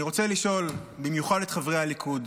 אני רוצה לשאול במיוחד את חברי הליכוד: